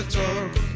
talk